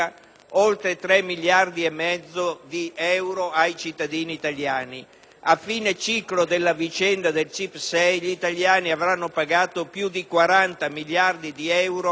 oltre 3 miliardi e mezzo di euro ai cittadini italiani e quando la vicenda del CIP6 sarà conclusa gli italiani avranno pagato più di 40 miliardi di euro